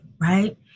right